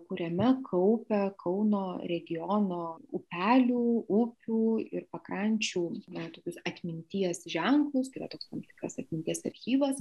kuriame kaupia kauno regiono upelių upių ir pakrančių na tokius atminties ženklus tai yra tam tikras atminties archyvas